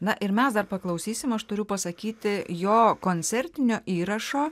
na ir mes dar paklausysim aš turiu pasakyti jo koncertinio įrašo